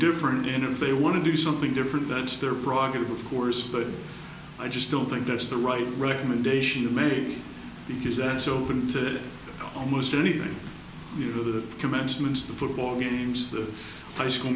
different and of a want to do something different that's their prerogative of course but i just don't think that's the right recommendation to marry because that's open to almost anything you do the commencements the football games the high school